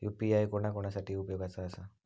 UPI कोणा कोणा साठी उपयोगाचा आसा?